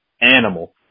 animal